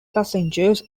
passengers